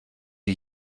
die